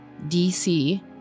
DC